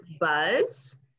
Buzz